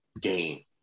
game